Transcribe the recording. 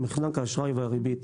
מחנק האשראי והריבית.